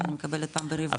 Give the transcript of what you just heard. שאני מקבלת פעם ברבעון.